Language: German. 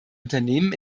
unternehmen